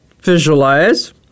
visualize